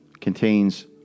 Contains